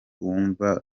wumva